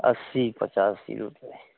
अस्सी पचास ये होते हैं